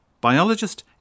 Biologist